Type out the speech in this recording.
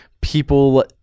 people